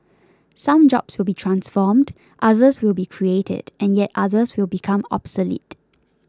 some jobs will be transformed others will be created and yet others will become obsolete